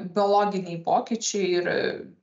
biologiniai pokyčiai ir